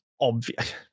obvious